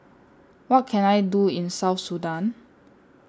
What Can I Do in South Sudan